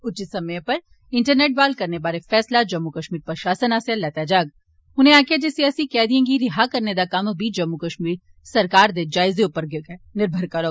उचित समें पर इंटरनेट ब्हाल करने बारै फैसला जम्मू कश्मीर प्रशासन आसेआ लैता जाग उनें आखेआ जे सियासी कैदिए गी रिहा करने दा कम्म बी जम्मू कश्मीर सरकार दे जायजे उप्पर गै निर्भर करोग